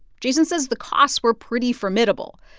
jason says the costs were pretty formidable,